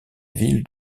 ville